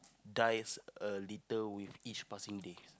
dies a little with each passing day